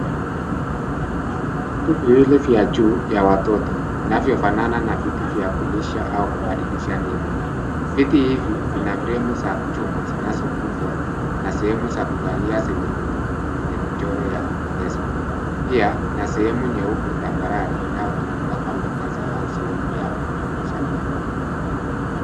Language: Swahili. Hizi ni viti viwili vya juu vya watoto vinavyofanana na viti vya kulisha au kubadilisha miti. Viti hivi vina fremu ya chuma zinazokunjwa na sehemu za kukalia zenye mito yenye michoro ya kupendeza. Pia kuna sehemu nyeupe tambarare inayotumika kama meza au sehemu ya kubadilisha miti.